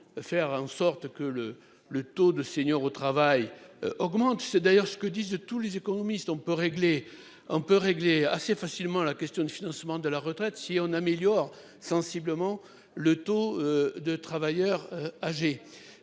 faire en sorte que le, le taux de senior au travail augmente. C'est d'ailleurs ce que disent tous les économistes on peut régler un peu régler assez facilement la question du financement de la retraite si on améliore sensiblement le taux de travailleurs âgés.